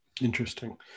Interesting